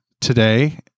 today